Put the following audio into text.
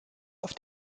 auf